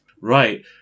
Right